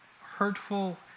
hurtful